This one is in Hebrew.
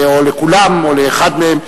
או לכולם או לאחד מהם.